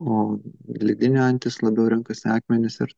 o ledinė antis labiau renkasi akmenis ir